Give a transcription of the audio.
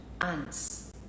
ants